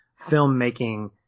filmmaking